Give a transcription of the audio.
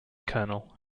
colonel